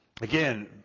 Again